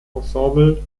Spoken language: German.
ensemble